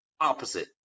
Opposite